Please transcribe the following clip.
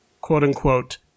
quote-unquote